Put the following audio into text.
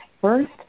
first